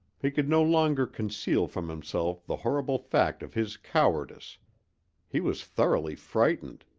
he could no longer conceal from himself the horrible fact of his cowardice he was thoroughly frightened!